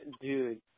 dude